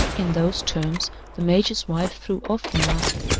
in those terms the major's wife threw off the mask,